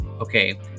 okay